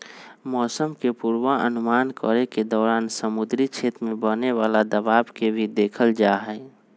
मौसम के पूर्वानुमान करे के दौरान समुद्री क्षेत्र में बने वाला दबाव के भी देखल जाहई